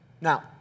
Now